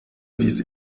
wies